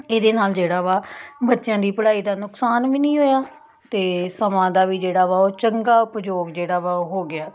ਇਹਦੇ ਨਾਲ਼ ਜਿਹੜਾ ਵਾ ਬੱਚਿਆਂ ਦੀ ਪੜ੍ਹਾਈ ਦਾ ਨੁਕਸਾਨ ਵੀ ਨਹੀਂ ਹੋਇਆ ਅਤੇ ਸਮਾਂ ਦਾ ਵੀ ਜਿਹੜਾ ਵਾ ਉਹ ਚੰਗਾ ਉਪਯੋਗ ਜਿਹੜਾ ਵਾ ਉਹ ਹੋ ਗਿਆ